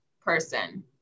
person